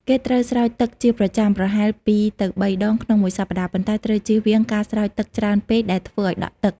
គេត្រូវស្រោចទឹកជាប្រចាំ ប្រហែល ២ទៅ ៣ ដងក្នុងមួយសប្តាហ៍ ប៉ុន្តែត្រូវជៀសវាងការស្រោចទឹកច្រើនពេកដែលធ្វើឱ្យដក់ទឹក។